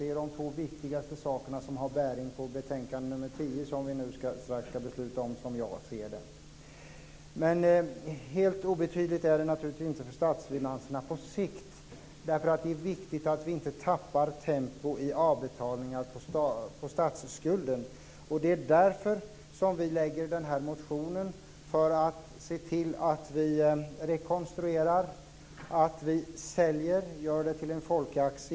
Det är de två viktigaste sakerna som har bäring på betänkande nr 10 som vi nu strax ska besluta om, som jag ser det. Men detta är naturligtvis inte helt obetydligt för statsfinanserna på sikt. Det är viktigt att vi inte tappar tempo i avbetalningarna på statsskulden. Vi lägger den här motionen för att se till att vi rekonstruerar, att vi säljer och gör det till en folkaktie.